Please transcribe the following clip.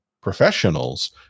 professionals